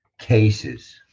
cases